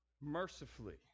mercifully